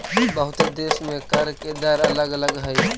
बहुते देश में कर के दर अलग अलग हई